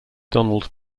donald